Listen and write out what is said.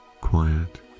quiet